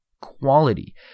quality